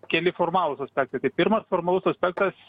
keli formalūs aspektai tai pirmas formalus aspektas